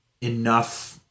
enough